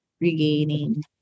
regaining